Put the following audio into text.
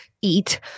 eat